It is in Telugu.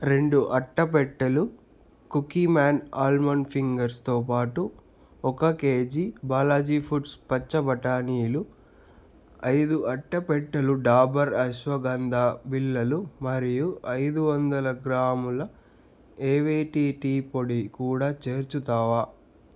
రెండు అట్టపెట్టెలు కుకీమ్యాన్ అల్మండ్ ఫింగర్స్తో పాటు ఒక్క కేజీ బాలాజీ ఫుడ్స్ పచ్చ బఠానీలు ఐదు అట్టపెట్టెలు డాబర్ అశ్వగందా బిళ్ళలు మరియు ఐదు వందల గ్రాముల ఏవేటీటీ పొడి కూడా చేర్చుతావా